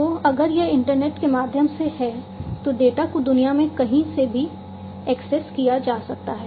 तो अगर यह इंटरनेट के माध्यम से है तो डेटा को दुनिया में कहीं से भी एक्सेस किया जा सकता है